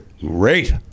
Great